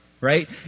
Right